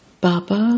Baba